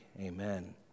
amen